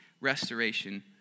restoration